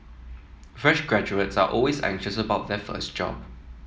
fresh graduates are always anxious about their first job